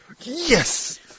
Yes